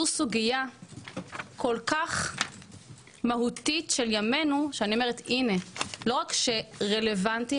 זאת סוגיה כל כך מהותית של ימינו שלא רק שזה רלוונטי,